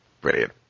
Brilliant